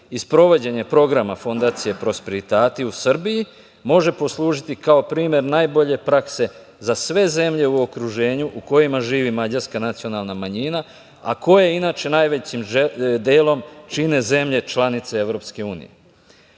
sprovođenje programa Fondacije „Prosperitati“ u Srbiji može poslužiti kao primer najbolje prakse za sve zemlje u okruženju u kojima živi mađarska nacionalna manjina, a koje inače najvećim delom čine zemlje članice EU.Za